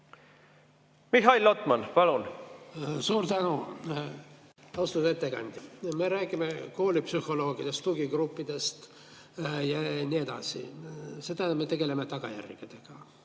Mihhail Lotman, palun! Suur tänu! Austatud ettekandja! Me räägime koolipsühholoogidest, tugigruppidest ja nii edasi. See tähendab, et me tegeleme tagajärgedega.